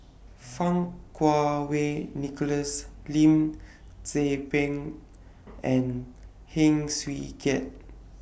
Fang Kuo Wei Nicholas Lim Tze Peng and Heng Swee Keat